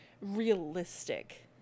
realistic